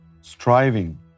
striving